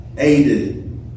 Aided